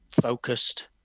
focused